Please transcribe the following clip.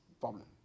problem